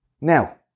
Now